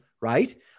right